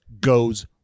goes